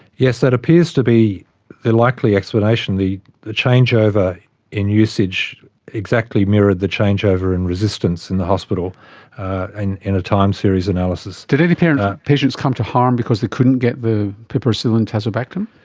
yes, that appears to be the likely explanation. the the changeover in usage exactly mirrored the changeover in resistance in the hospital and in a timed series analysis. did any patients come to harm because they couldn't get the piperacillin tazobactam?